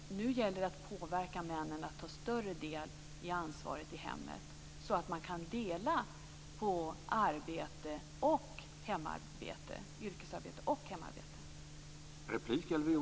Det gäller nu att påverka männen att ta ett större ansvar i hemmet, så att fördelningen av yrkesarbete och hemarbete kan förbättras.